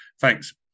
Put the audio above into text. Thanks